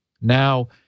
Now